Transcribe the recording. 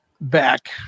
back